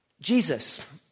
Jesus